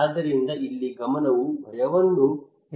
ಆದ್ದರಿಂದ ಇಲ್ಲಿ ಗಮನವು ಭಯವನ್ನು ಹೆಚ್ಚಿಸುವತ್ತ ಮಾತ್ರ ಆಗಿದೆ